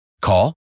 Call